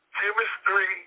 Chemistry